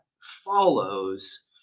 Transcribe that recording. follows